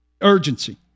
urgency